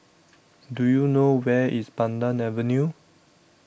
Do YOU know Where IS Pandan Avenue